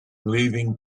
leaving